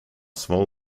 small